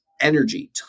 energy